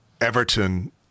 Everton